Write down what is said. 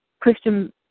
Christian